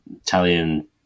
Italian